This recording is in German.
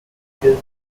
artikel